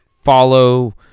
follow